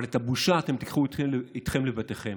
אבל את הבושה אתם תיקחו איתכם לבתיכם,